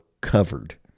covered